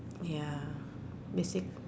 ya basic